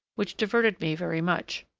which diverted me very much.